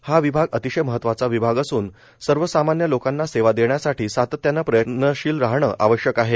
राऊत म्हणाले हा विभाग अतिशय महत्वाचा विभाग असून सर्वसामान्य लोकांना सेवा देण्यासाठी सातत्याने प्रयत्नशील राहणे आवश्यक आहे